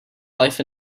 life